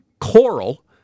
Coral